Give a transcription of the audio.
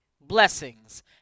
Blessings